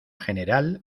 general